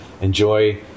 enjoy